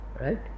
Right